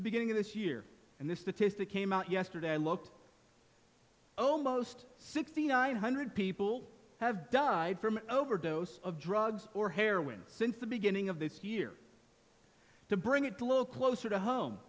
since beginning of this year and this statistic came out yesterday i looked own most sixty nine hundred people have died from an overdose of drugs or heroin since the beginning of this year to bring it to low closer to home